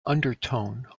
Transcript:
undertone